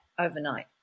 overnight